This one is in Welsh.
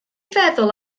feddwl